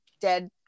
dead